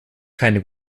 keine